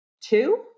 two